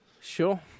Sure